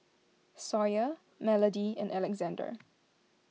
Sawyer Melodie and Alexandr